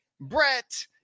Brett